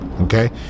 okay